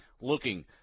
looking